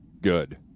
good